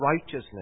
righteousness